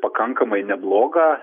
pakankamai neblogą